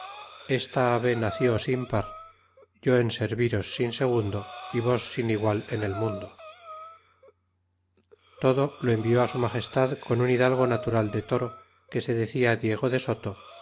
esta ave nació sin par yo en serviros sin segundo y vos sin igual en el mundo todo lo envió su magestad con un hidalgo natural de toro que se decia diego de soto